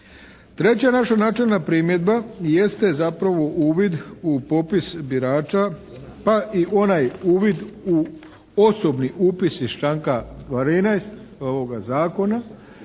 Treća naša načelna primjedba jeste zapravo uvid u popis birača pa i onaj uvid u osobni upis iz članka 13. ovoga Zakona